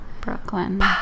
Brooklyn